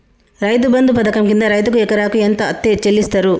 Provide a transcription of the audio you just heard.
రైతు బంధు పథకం కింద రైతుకు ఎకరాకు ఎంత అత్తే చెల్లిస్తరు?